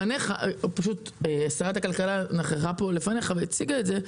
שרת הכלכלה נכחה פה בדיון קודם והציגה את זה,